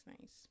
nice